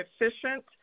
efficient